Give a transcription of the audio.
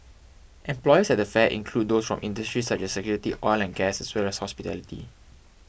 employers at the fair include those from industries such as security oil and gas as well as hospitality